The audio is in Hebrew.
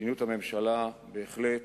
מדיניות הממשלה בהחלט